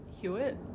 Hewitt